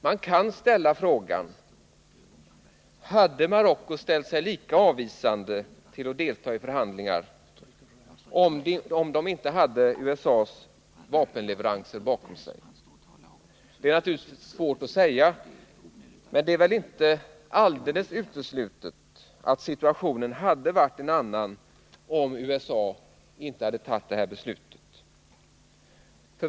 Man kan ställa frågan: Hade Marocko ställt sig lika avvisande till att delta i förhandlingar, om Marocko inte hade USA:s leveranser bakom sig? Det är naturligtvis svårt att säga, men det är väl inte alldeles uteslutet att situationen hade varit en annan, om USA inte hade fattat detta beslut.